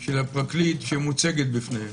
של הפרקליט שמוצגת בפניהם.